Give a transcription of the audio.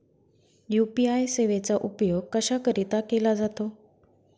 UPI सेवेचा उपयोग कशाकरीता केला जातो?